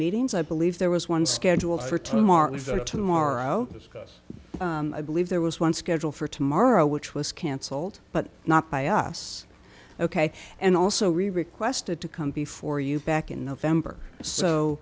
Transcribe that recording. meetings i believe there was one scheduled for tomorrow tomorrow discuss i believe there was one scheduled for tomorrow which was canceled but not by us ok and also requested to come before you back in november so